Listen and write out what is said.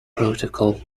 protocol